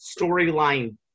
storyline